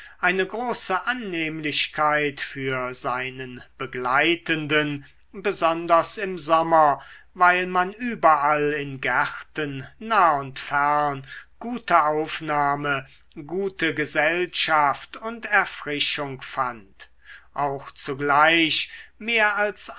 eine große annehmlichkeit für seinen begleitenden besonders im sommer weil man überall in gärten nah und fern gute aufnahme gute gesellschaft und erfrischung fand auch zugleich mehr als